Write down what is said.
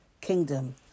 kingdom